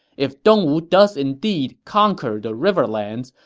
if dongwu does indeed conquer the riverlands,